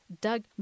Doug